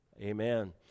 amen